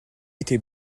était